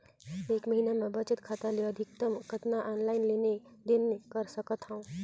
एक महीना मे बचत खाता ले अधिकतम कतना ऑनलाइन लेन देन कर सकत हव?